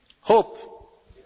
Hope